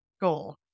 goal